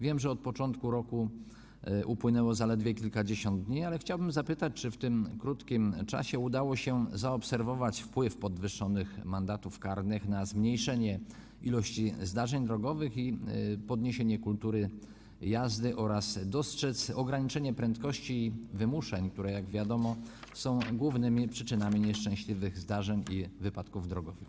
Wiem, że od początku roku upłynęło zaledwie kilkadziesiąt dni, ale chciałbym zapytać, czy w tym krótkim czasie udało się zaobserwować wpływ podwyższonych mandatów karnych na zmniejszenie ilości zdarzeń drogowych i podniesienie kultury jazdy oraz dostrzec ograniczenie prędkości i wymuszeń, które, jak wiadomo, są głównymi przyczynami nieszczęśliwych zdarzeń i wypadków drogowych.